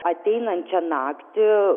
ateinančią naktį